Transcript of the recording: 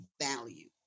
value